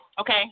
Okay